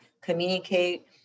communicate